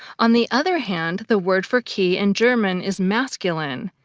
on the other hand, the word for key in german is masculine,